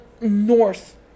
north